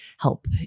help